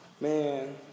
man